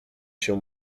się